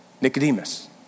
Nicodemus